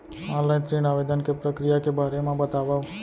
Online ऋण आवेदन के प्रक्रिया के बारे म बतावव?